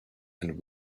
and